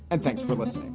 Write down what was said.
and thanks for this